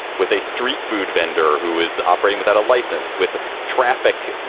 with a street food vendor who is operating without a license, with traffic,